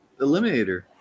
eliminator